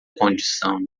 condição